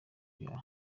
ibyaha